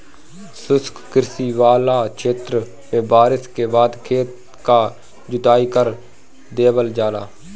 शुष्क कृषि वाला क्षेत्र में बारिस के बाद खेत क जोताई कर देवल जाला